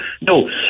No